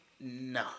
No